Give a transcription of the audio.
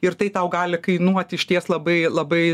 ir tai tau gali kainuoti išties labai labai